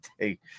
take